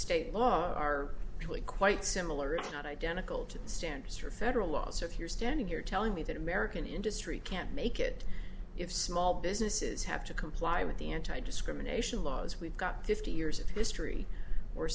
state law are really quite similar if not identical to the standards for federal laws so if you're standing here telling me that american industry can't make it if small businesses have to comply with the anti discrimination laws we've got fifty years of history or